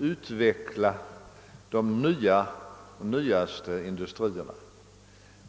utveckla de nya industrierna.